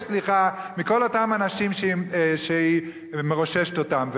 סליחה מכל אותם אנשים שהיא מרוששת אותם.